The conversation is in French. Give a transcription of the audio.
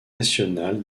national